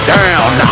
down